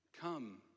Come